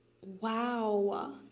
wow